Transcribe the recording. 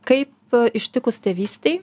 kaip ištikus tėvystei